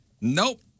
Nope